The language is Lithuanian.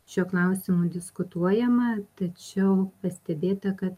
šiuo klausimu diskutuojama tačiau pastebėta kad